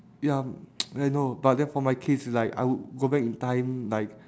ya I know but then for my case it's like I would go back in time like